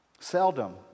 Seldom